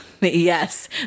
Yes